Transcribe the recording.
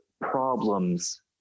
problems